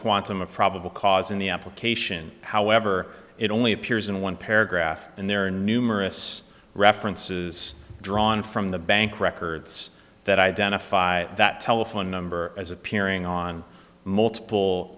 quantum of probable cause in the application however it only appears in one paragraph and there are numerous references drawn from the bank records that identify that telephone number as appearing on multiple